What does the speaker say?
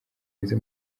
mwiza